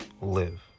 live